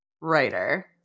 Writer